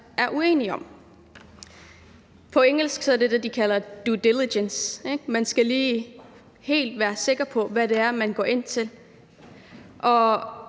med Kina om. På engelsk er det det, man kalder due diligence, ikke? Man skal lige være helt sikker på, hvad det er, man går ind til.